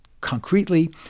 concretely